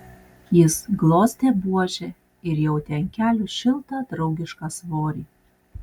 jis glostė buožę ir jautė ant kelių šiltą draugišką svorį